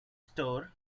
store